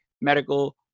medical